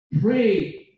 Pray